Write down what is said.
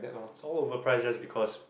it's all overpriced just because